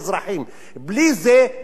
בלי זה אין שלום.